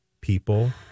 people